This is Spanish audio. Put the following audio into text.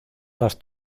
las